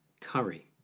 curry